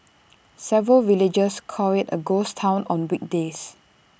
several villagers call IT A ghost Town on weekdays